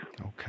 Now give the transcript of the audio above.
Okay